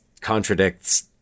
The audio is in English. contradicts